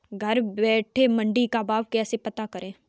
घर बैठे मंडी का भाव कैसे पता करें?